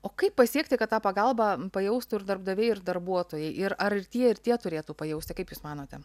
o kaip pasiekti kad tą pagalbą pajaustų ir darbdaviai ir darbuotojai ir ar ir tie ir tie turėtų pajausti kaip jūs manote